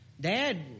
Dad